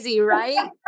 right